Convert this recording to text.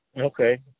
Okay